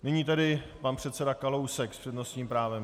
Nyní tedy pan předseda Kalousek s přednostním právem.